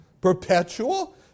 perpetual